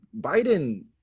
Biden